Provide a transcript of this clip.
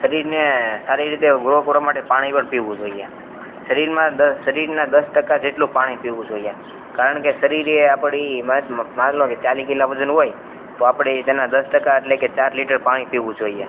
શરીરને સારી રીતે ગ્રો કરવા માટે પાણી પણ પીવું જોઈએ શરીરમાં શરીરના દસ ટકા જેટલું પાણી પીવું જોઈએ કારણ કે શરીર એ આપણી માની લો કે ચાલીસ કિલા વજન હોય તો આપણે તેના દસ ટકા એટલે કે ચાર લિટર પાણી પીવું જોઈએ